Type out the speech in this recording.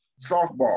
softball